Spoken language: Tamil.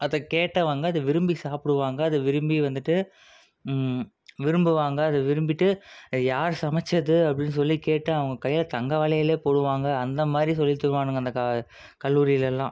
அதை கேட்டவங்க அதை விரும்பி சாப்பிடுவாங்க அதை விரும்பி வந்துட்டு விரும்புவாங்க அதை விரும்பிட்டு அது யார் சமைத்தது அப்படினு சொல்லி கேட்டு அவங்க கையால் தங்க வளையலே போடுவாங்க அந்தமாதிரி சொல்லி தருவானுங்க அந்த க கல்லூரியில் எல்லாம்